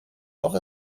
doch